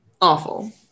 awful